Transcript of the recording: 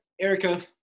Erica